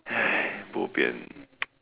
bo pian